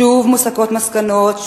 שוב מוסקות מסקנות,